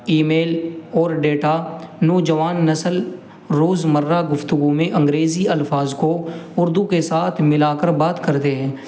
ای میل اور ڈیٹا نوجوان نسل روزمرہ گفتگو میں انگریزی الفاظ کو اردو کے ساتھ ملا کر بات کرتے ہیں